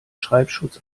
schreibschutz